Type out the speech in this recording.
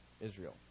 Israel